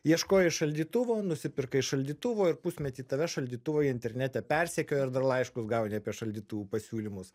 ieškojai šaldytuvo nusipirkai šaldytuvą ir pusmetį tave šaldytuvai internete persekioja ir dar laiškus gauni apie šaldytuvų pasiūlymus